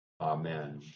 Amen